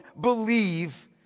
believe